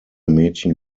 mädchen